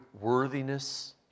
worthiness